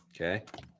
Okay